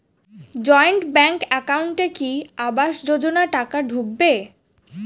Joint bank একাউন্টে কি আবাস যোজনা টাকা ঢুকবে?